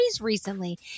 recently